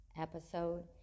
episode